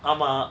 ஆமா:aama